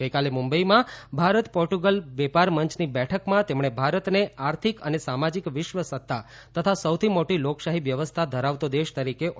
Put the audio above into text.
ગઈકાલે મુંબઈમાં ભારત પોર્ટુગલ વેપાર મંચની બેઠકમાં તેમણે ભારતને આર્થિક અને સામાજિક વિશ્વસત્તા તથા સૌથી મોટી લોકશાહી વ્યવસ્થા ધરાવતો દેશ તરીકે ઓળખાવ્યો હતો